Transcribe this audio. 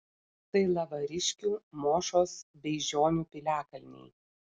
tai lavariškių mošos beižionių piliakalniai